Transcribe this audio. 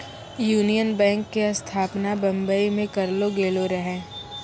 union bank के स्थापना बंबई मे करलो गेलो रहै